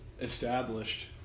established